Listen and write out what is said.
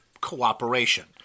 cooperation